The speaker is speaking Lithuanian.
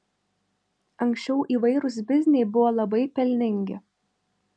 anksčiau įvairūs bizniai buvo labai pelningi